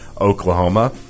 Oklahoma